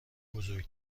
بزرگ